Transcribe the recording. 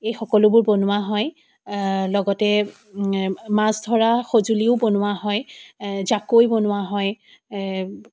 এই সকলোবোৰ বনোৱা হয় লগতে মাছ ধৰা সঁজুলিও বনোৱা হয় জাকৈ বনোৱা হয়